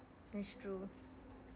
that's true